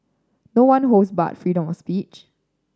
no one holds barred freedom speech